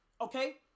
okay